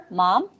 mom